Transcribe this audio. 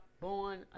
born